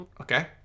Okay